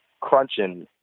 crunching